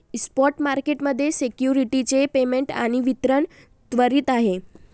spot market मध्ये securities चे payment आणि वितरण त्वरित आहे